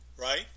right